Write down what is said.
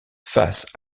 face